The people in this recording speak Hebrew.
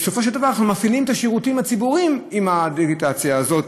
בסופו של דבר אנחנו מפעילים את השירותים הציבוריים עם הדיגיטציה הזאת,